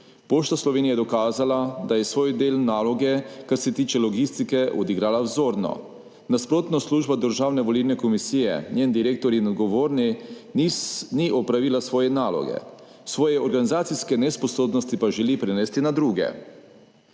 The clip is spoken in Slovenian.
Pošta Slovenije je dokazala, da je svoj del naloge, kar se tiče logistike, odigrala vzorno, nasprotno, služba Državne volilne komisije, njen direktor in odgovorni ni opravila svoje naloge, svoje organizacijske nesposobnosti pa želi prenesti na druge.